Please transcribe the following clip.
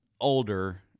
older